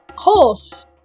Horse